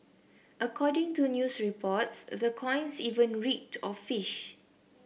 according to news reports the coins even reeked of fish